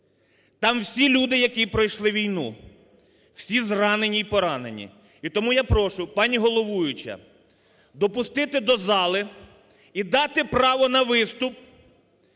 Там всі люди, які пройшли війну, всі зранені і поранені. І тому я прошу, пані головуюча, допустити до зали і дати право на виступ